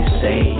say